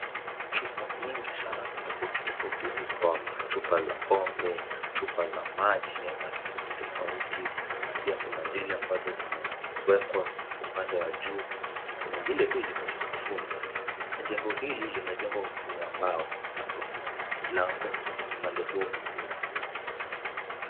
Chupa nyingi sana na tofauti tofauti ziko hapa. Chupa za pombe, chupa za maji aina tofauti tofauti na pia kuna zile ambazo zimewekwa upande wa juu. Kuna zile tu ziko sakafuni. Jengo hili limejengwa kwa kutumia mbao na kuna lango upande huo mwingine.